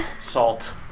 Salt